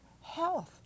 health